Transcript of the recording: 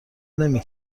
نمی